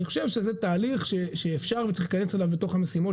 אני חושב שזה תהליך שאפשר וצריך להיכנס אליו בתוך המשימות